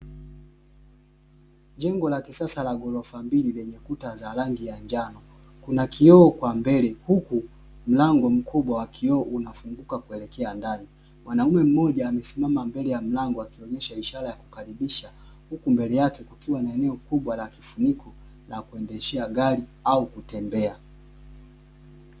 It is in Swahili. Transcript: Jengo la kisasa la ghorofa mbili lenye kuta za rangi ya njano, kuna kioo kwa mbele huku mlango mkubwa wa kioo unafunguka kuelekea ndani, mwanaume mmoja amesimama mbele ya mlango akionyesha ishara ya kukaribisha huku mbele yake kukiwa na eneo kubwa la kifuniko la kuendeshea gari au kutembea.